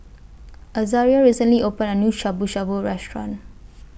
Azaria recently opened A New Shabu Shabu Restaurant